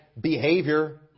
behavior